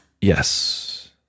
Yes